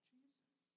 Jesus